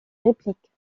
répliques